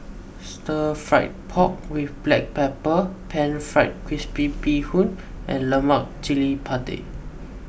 Stir Fried Pork with Black Pepper Pan Fried Crispy Bee Hoon and Lemak Cili Padi